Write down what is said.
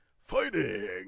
fighting